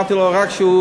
אמרתי לו רק שהוא,